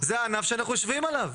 זה הענף שאנחנו יושבים עליו.